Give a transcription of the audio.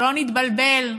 שלא נתבלבל,